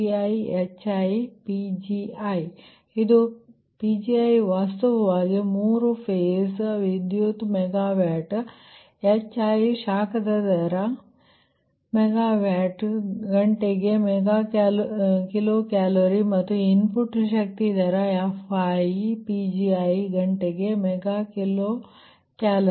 HiPgi ಇದು Pgiವಾಸ್ತವವಾಗಿ ಮೂರು ಫೇಸ್ ವಿದ್ಯುತ್ ಮೆಗಾವ್ಯಾಟ್ HiPgi ಶಾಖದ ದರ ಮೆಗಾವ್ಯಾಟ್ ಗಂಟೆಗೆ ಮೆಗಾ ಕಿಲೋ ಕ್ಯಾಲೋರಿ ಮತ್ತು ಇನ್ಪುಟ್ ಶಕ್ತಿ ದರ FiPgi ಗಂಟೆಗೆ ಮೆಗಾ ಕಿಲೋ ಕ್ಯಾಲೋರಿ